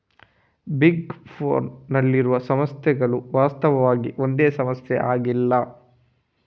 big four ನಲ್ಲಿರುವ ಸಂಸ್ಥೆಗಳು ವಾಸ್ತವವಾಗಿ ಒಂದೇ ಸಂಸ್ಥೆಯಾಗಿಲ್ಲ